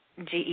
GE